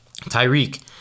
Tyreek